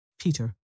Peter